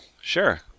Sure